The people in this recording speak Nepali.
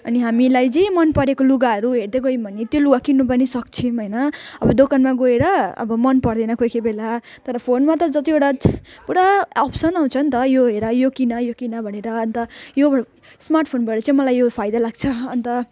अनि हामीलाई जे मनपरेको लुगाहरू हेर्दै गयौँ भने त्यो लुगा किन्नु पनि सक्छौँ होइन अब दोकानमा गएर अब मनपरेन कोही कोही बेला तर फोनमा त जतिवटा पुरा अप्सन आउँछ नि त यो हेर यो किन यो किन भनेर अन्त योबाट स्मार्टफोनबाट चाहिँ मलाई यो फाइदा लाग्छ अन्त